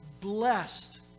blessed